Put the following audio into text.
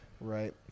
right